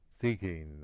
seeking